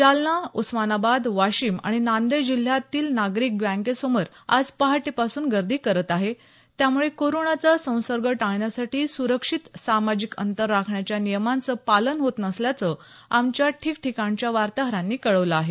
जालना उस्मानाबाद वाशिम आणि नांदेड जिल्ह्यात नागरिक बँकेसमोर आज पहाटे पासुन गर्दी करत आहे त्यामुळे कोरोनाचा संसर्ग टाळण्यासाठी सुरक्षित सामाजिक अंतर राखण्याच्या नियमांचं पालन होत नसल्याचं आमच्या ठिकठिकाणच्या वार्ताहरांनी कळवलं आहे